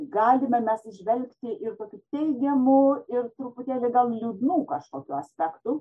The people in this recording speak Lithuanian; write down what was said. galime mes įžvelgti ir kokių teigiamų ir truputėlį gan liūdnų kažkokių aspektų